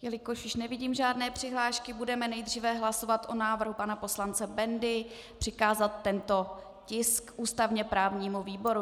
Jelikož již nevidím žádné přihlášky, budeme nejdříve hlasovat o návrhu pana poslance Bendy přikázat tento tisk ústavněprávnímu výboru.